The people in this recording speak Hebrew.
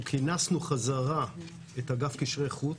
כינסנו חזרה את אגף קשרי חוץ,